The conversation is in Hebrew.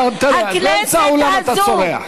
באמצע האולם אתה צורח.